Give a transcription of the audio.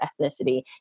ethnicity